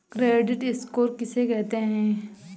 Credit score किसे कहते हैं?